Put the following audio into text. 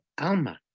Alma